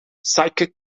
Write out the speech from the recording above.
psychic